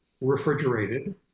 refrigerated